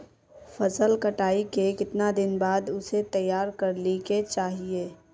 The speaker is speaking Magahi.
फसल कटाई के कीतना दिन बाद उसे तैयार कर ली के चाहिए?